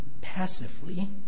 passively